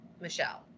Michelle